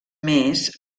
més